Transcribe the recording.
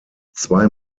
zwei